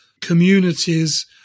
communities